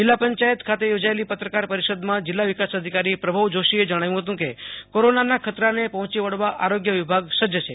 જિલ્લા પંચાયત ખાતે યોજાયેલી પત્રકાર પરિષદમાં જિલ્લા વિકાસ અધિકારી પ્રભવ જોશીએ જણાવ્યું કે કોરોનાને પર્હોંચી વળવા આરોગ્ય વિભાગ સજ્જ છે